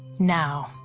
now,